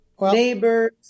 neighbors